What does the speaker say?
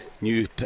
new